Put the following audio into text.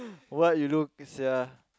what you look sia